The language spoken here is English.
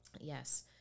Yes